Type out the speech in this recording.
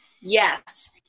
Yes